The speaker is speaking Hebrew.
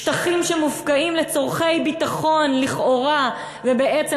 שטחים שמופקעים לצורכי ביטחון לכאורה ובעצם